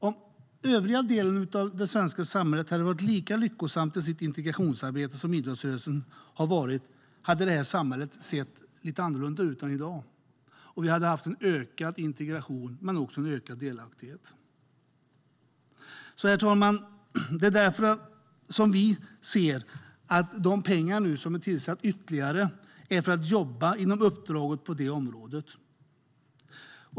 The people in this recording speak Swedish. Om den övriga delen av det svenska samhället hade varit lika lyckosamt i sitt integrationsarbete som idrottsrörelsen har varit hade samhället sett annorlunda ut än i dag, och vi hade haft en ökad integration och en ökad delaktighet. De pengar som nu tillförs är avsedda för att man ska jobba på det området.